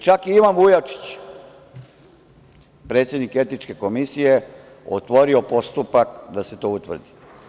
Čak je Ivan Vujačić, predsednik Etičke komisije, otvorio postupak da se to utvrdi.